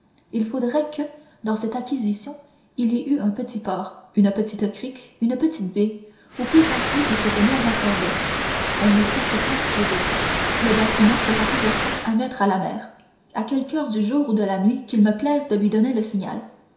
il faudrait que dans cette acquisition il y eût un petit port une petite crique une petite baie où puisse entrer et se tenir ma corvette elle ne tire que quinze pieds d'eau le bâtiment sera toujours prêt à mettre à la mer à quelque heure du jour ou de la nuit qu'il me plaise de lui donner le signal